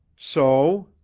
so?